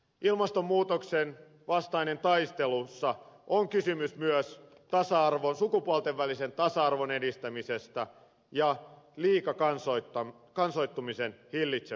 ilmastonmuutoksen vastaisessa taistelussa on kysymys myös sukupuolten välisen tasa arvon edistämisestä ja liikakansoittumisen hillitsemisestä